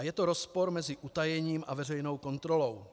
Je to rozpor mezi utajením a veřejnou kontrolou.